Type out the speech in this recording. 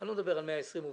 אני לא מדבר על 120 עובדים,